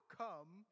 come